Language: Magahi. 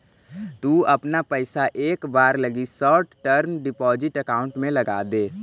तु अपना पइसा एक बार लगी शॉर्ट टर्म डिपॉजिट अकाउंट में लगाऽ दे